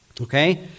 Okay